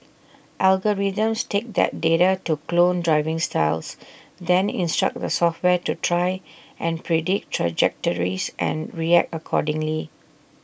algorithms take that data to clone driving styles then instruct the software to try and predict trajectories and react accordingly